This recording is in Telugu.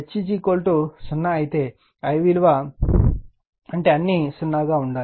H 0 అయితే I విలువ అంటే అన్నీ 0 గా ఉండాలి